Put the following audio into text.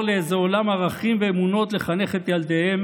לאיזה עולם ערכים ואמונות לחנך את ילדיהם